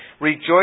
Rejoice